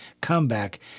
comeback